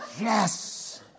yes